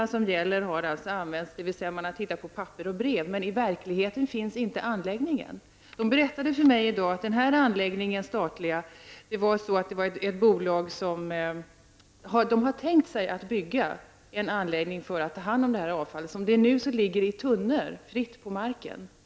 Dessa principer har tillämpats, dvs. man har tittat på papper och brev, men i verkligheten finns det inte någon anläggning. Jag hörde från Spanien i dag att det var fråga om ett statligt bolag som hade för avsikt att bygga en anläggning för att ta hand om detta avfall. Nu ligger avfallet i tunnor fritt på marken.